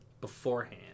beforehand